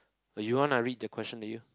or you want I read the question to you